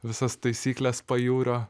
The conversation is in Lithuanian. visas taisykles pajūrio